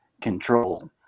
control